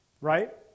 right